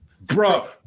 bro